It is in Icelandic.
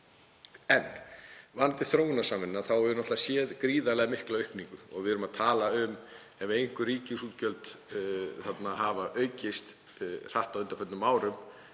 Varðandi þróunarsamvinnuna þá höfum við náttúrlega séð gríðarlega mikla aukningu. Ef við erum að tala um að einhver ríkisútgjöld hafi aukist hratt á undanförnum árum,